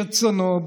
ברצונו,